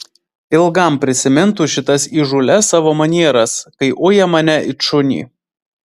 ilgam prisimintų šitas įžūlias savo manieras kai uja mane it šunį